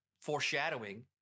foreshadowing